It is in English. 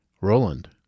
Roland